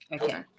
Okay